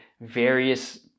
various